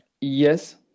Yes